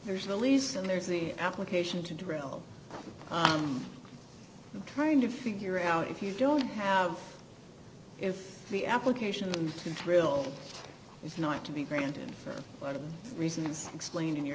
there's a lease and there's the application to drill i'm trying to figure out if you don't have if the application to drill is not to be granted for a lot of reasons explained in your